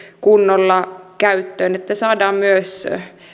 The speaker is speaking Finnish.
kunnolla käyttöön että saadaan myös